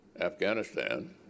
Afghanistan